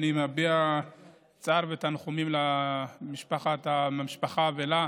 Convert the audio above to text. אני מביע צער ותנחומים למשפחה ולה.